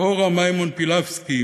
אורה מימון-פילבסקי,